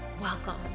Welcome